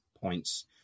points